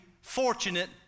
fortunate